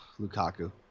Lukaku